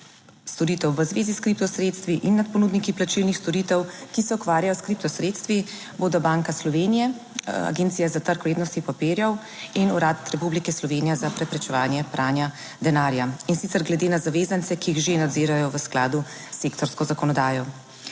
storitev v zvezi s kripto sredstvi in nad ponudniki plačilnih storitev, ki se ukvarjajo s kripto sredstvi, bodo Banka Slovenije, Agencija za trg vrednostnih papirjev in Urad Republike Slovenije za preprečevanje pranja denarja in sicer glede na zavezance, ki jih že nadzirajo v skladu s sektorsko zakonodajo.